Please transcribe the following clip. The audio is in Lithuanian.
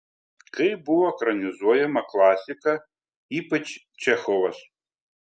kaip buvo ekranizuojama klasika ypač čechovas